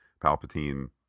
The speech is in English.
palpatine